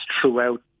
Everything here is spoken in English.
throughout